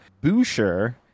Boucher